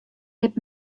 dit